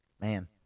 man